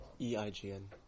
E-I-G-N